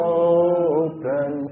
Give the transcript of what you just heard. open